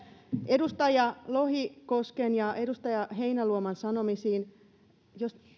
edustaja lohikosken ja edustaja heinäluoman sanomisiin niin jos